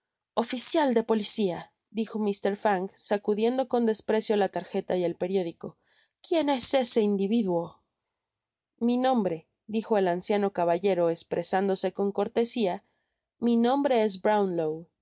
oficial de policia dijo mr fang sacudiendo con desprecio la tarjeta y el periódico quien es ese i ndividuo mi nombre dijo el anciano caballero espresándose con cortesia mi nombre es brownlow